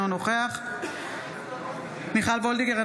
אינו נוכח מיכל מרים וולדיגר,